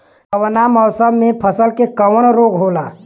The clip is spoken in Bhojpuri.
कवना मौसम मे फसल के कवन रोग होला?